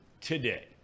today